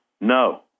No